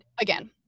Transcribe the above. again